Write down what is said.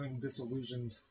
disillusioned